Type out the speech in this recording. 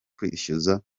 kwishyuza